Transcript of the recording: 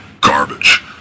garbage